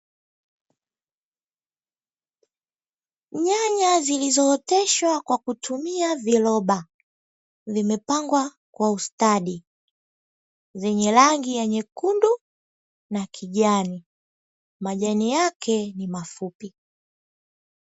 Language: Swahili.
Nyanya zilizo oteshwa kwa kutumia viroba, zimepangwa kwa ustadi, zenye rangi ya nyekundu na kijani majani yake ni mafupi.